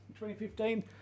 2015